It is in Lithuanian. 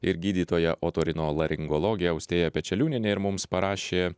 ir gydytoja otorinolaringologė austėja pečeliūnienė ir mums parašė